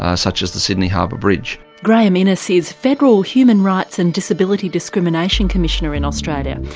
ah such as the sydney harbour bridge. graeme innis is federal human rights and disability discrimination commissioner in australia.